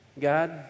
God